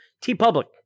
T-Public